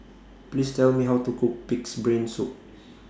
Please Tell Me How to Cook Pig'S Brain Soup